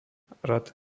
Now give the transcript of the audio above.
rad